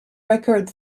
record